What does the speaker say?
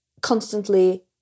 constantly